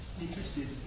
interested